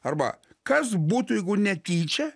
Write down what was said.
arba kas būtų jeigu netyčia